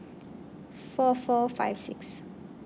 four four five six